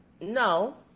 no